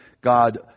God